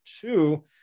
two